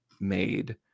made